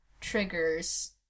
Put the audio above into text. triggers